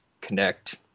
connect